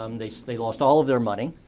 um they they lost all of their money.